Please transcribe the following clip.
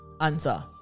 answer